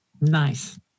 Nice